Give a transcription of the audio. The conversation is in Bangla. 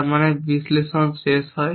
তার মানে বিশ্লেষণ শেষ হয়